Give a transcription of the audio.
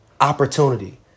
opportunity